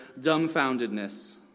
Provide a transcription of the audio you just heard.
dumbfoundedness